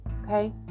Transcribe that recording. Okay